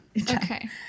Okay